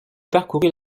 parcourut